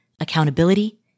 accountability